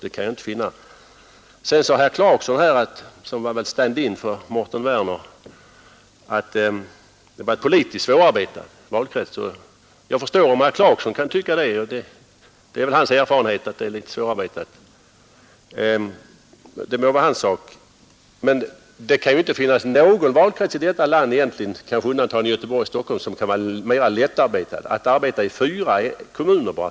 Herr Clarkson, som väl var stand in för herr Werner i Malmö, sade att valkretsen var politiskt svårarbetad. Jag förstår att herr Clarkson med sina erfarenheter kan tycka det. Det kan ju emellertid inte finnas någon valkrets i detta land, kanske med unantag för Stockholm och Göteborg, som kan vara mer lättarbetad eftersom det bara är fyra kommuner.